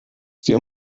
sie